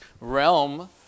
realm